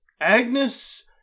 agnes